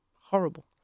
horrible